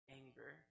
anger